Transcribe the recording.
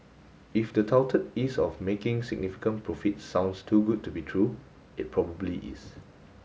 if the touted ease of making significant profits sounds too good to be true it probably is